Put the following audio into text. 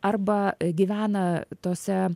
arba gyvena tose